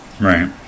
Right